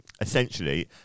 essentially